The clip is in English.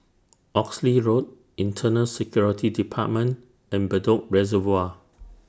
Oxley Road Internal Security department and Bedok Reservoir